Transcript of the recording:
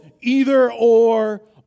either-or